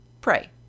pray